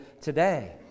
today